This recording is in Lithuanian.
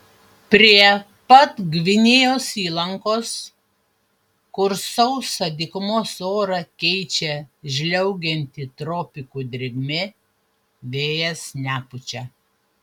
prie pat gvinėjos įlankos kur sausą dykumos orą keičia žliaugianti tropikų drėgmė vėjas nepučia